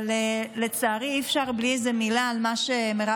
אבל לצערי אי-אפשר בלי איזו מילה על מה שמירב